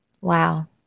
Wow